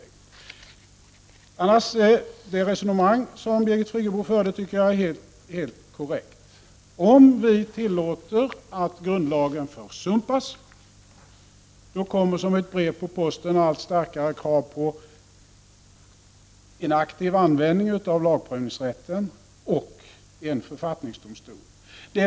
Annars tycker jag att det resonemang som Birgit Friggebo förde var helt korrekt. Om vi tillåter att grundlagen försumpas, då kommer som ett brev på posten allt starkare krav på en aktiv användning av lagprövningsrätten och en författningsdomstol.